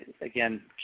again